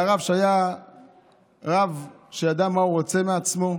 והרב, שהיה רב שידע מה הוא רוצה מעצמו,